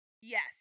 Yes